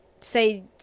say